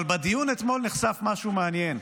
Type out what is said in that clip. אבל בדיון אתמול נחשף משהו מעניין,